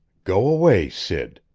go away, sid.